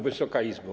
Wysoka Izbo!